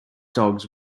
dogs